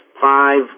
five